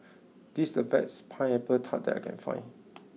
this is the best pineapple Tart that I can find